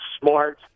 smart